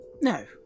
No